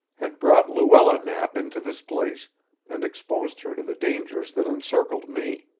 had brought luella knapp into this place and exposed her to the dangers that encircled me.